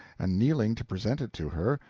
and, kneeling to present it to her,